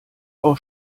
auch